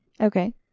Okay